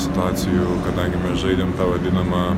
situacijų kadangi mes žaidėm tą vadinamą